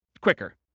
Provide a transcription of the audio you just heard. quicker